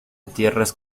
tierras